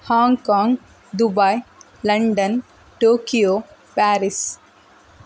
Hong Kong Dubai London Tokyo Paris